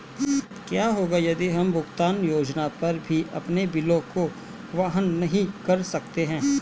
क्या होगा यदि हम भुगतान योजना पर भी अपने बिलों को वहन नहीं कर सकते हैं?